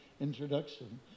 introduction